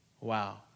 Wow